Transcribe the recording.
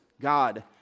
God